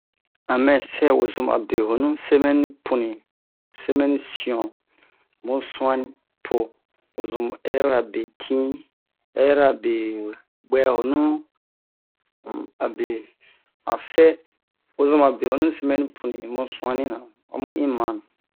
a mɛ sɛ wozoma be honu semɛni punin semɛni siyan mu su'anni po o zun hɛrira betin hɛrira be buɛhonu um abe asɛ wozoma behonu nin semɛni punin mu su'anni-na homu in ma